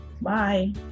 Bye